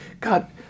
God